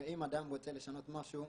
ואם אדם רוצה לשנות משהו,